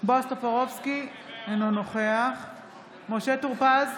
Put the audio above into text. בועז טופורובסקי, אינו נוכח משה טור פז,